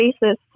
basis